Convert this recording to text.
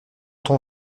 ton